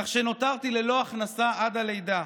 כך שנותרתי ללא הכנסה עד הלידה.